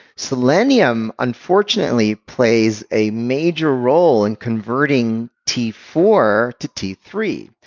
selenium, unfortunately, plays a major role in converting t four to t three.